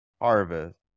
harvest